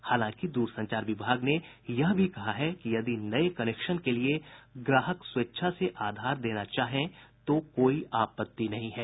हालांकि दूरसंचार विभाग ने यह भी कहा है कि यदि नए कनेक्शन के लिए ग्राहक स्वेच्छा से आधार देना चाहें तो कोई आपत्ति नहीं है